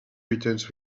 returns